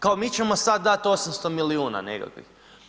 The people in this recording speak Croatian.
Kao mi ćemo sad dat 800 milijuna nekakvih.